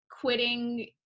quitting